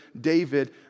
David